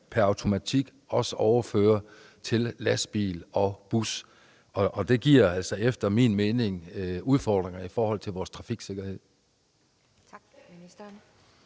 pr. automatik også overføre det til lastbil og bus. Det giver altså efter min mening udfordringer i forhold til vores trafiksikkerhed. Kl.